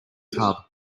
tub